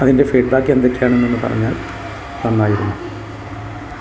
അതിൻ്റെ feedback എന്തൊക്കെയാണെന്നു പറഞ്ഞാൽ നന്നായിരുന്നു